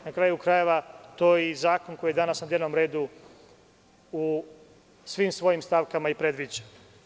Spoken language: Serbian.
Na kraju krajeva, to i zakon, koji je danas na dnevnom redu, u svim svojim stavkama i predviđa.